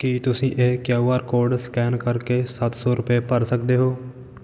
ਕੀ ਤੁਸੀਂਂ ਇਹ Q R code scan ਕਰ ਕੇ ਸੱਤ ਸੌ ਰੁਪਏ ਭਰ ਸਕਦੇ ਹੋ